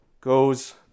goes